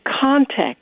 context